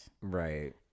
Right